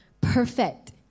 perfect